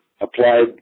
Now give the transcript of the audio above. applied